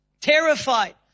Terrified